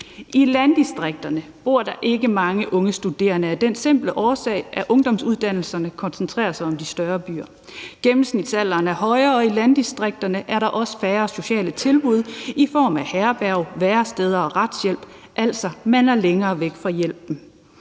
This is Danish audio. I landdistrikterne bor der ikke mange unge studerende af den simple årsag, at ungdomsuddannelserne koncentrerer sig om de større byer. Gennemsnitsalderen i landdistrikterne er højere, og der er også færre sociale tilbud i form af herberger, væresteder og retshjælp, og man er altså længere væk fra hjælpen.